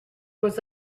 was